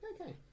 Okay